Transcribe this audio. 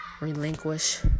Relinquish